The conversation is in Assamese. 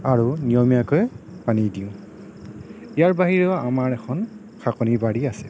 আৰু নিয়মীয়াকৈ পানী দিওঁ ইয়াৰ বাহিৰেও আমাৰ এখন শাকনি বাৰী আছে